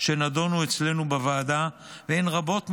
שנדונו אצלנו בוועדה והן רבות משמעות,